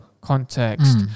context